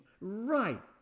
right